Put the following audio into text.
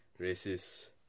racist